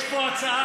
יש פה הצעה.